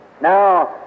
Now